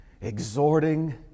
exhorting